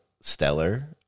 stellar